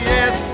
Yes